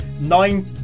Nine